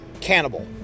cannibal